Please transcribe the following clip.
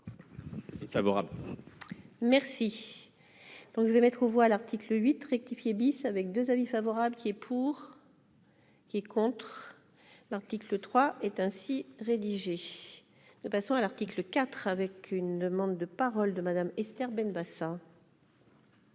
Merci donc je vais mettre aux voix l'article 8 rectifié bis avec 2 avis favorable qui est pour. Qui est contre l'article 3 est ainsi rédigé de façon à l'article IV avec une demande de parole de Madame Esther Benbassa.